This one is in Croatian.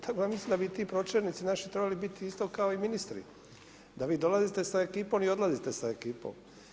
Tako da mislim da bi i ti pročelnici naši trebali biti isto kao i ministri, da vi dolazite sa ekipom i odlazite sa ekipom.